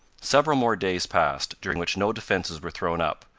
several more days passed, during which no defenses were thrown up,